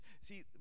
see